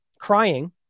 crying